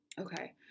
Okay